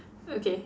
okay